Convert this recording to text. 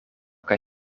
kaj